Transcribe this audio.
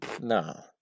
No